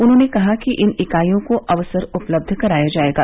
उन्होंने कहा कि इन इकाइयों को अवसर उपलब्ध कराया जाएगा